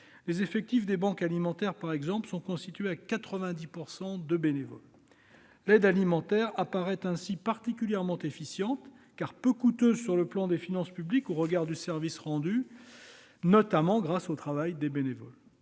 Les effectifs des banques alimentaires, par exemple, sont constitués à 90 % de bénévoles. L'aide alimentaire apparaît particulièrement efficiente, car peu coûteuse pour les finances publiques au regard du service rendu, notamment grâce au travail des bénévoles.